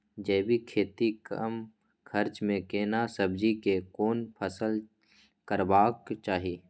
जैविक खेती कम खर्च में केना सब्जी के कोन फसल करबाक चाही?